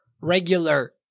regular